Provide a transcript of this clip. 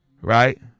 Right